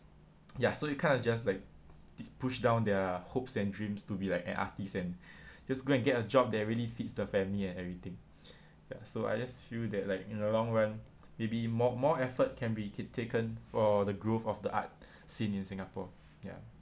ya so you kind of just like t~ push down their hopes and dreams to be like an artist and just go and get a job there really feeds the family and everything ya so I just feel that like in the long run maybe more more effort can be taken for the growth of the art scene in singapore ya